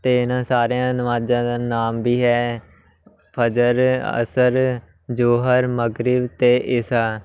ਅਤੇ ਇਹਨਾਂ ਸਾਰਿਆਂ ਨਮਾਜ਼ਾਂ ਦਾ ਨਾਮ ਵੀ ਹੈ ਫਜਰ ਅਸਰ ਜੋਹਰ ਮਗਰਿਬ ਅਤੇ ਇਸਾ